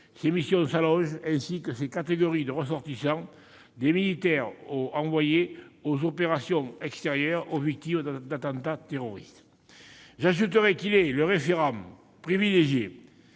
ses missions s'élargit, comme ses catégories de ressortissants, des militaires envoyés en opération extérieure aux victimes d'attentats terroristes. J'ajoute que cet office est le référent privilégié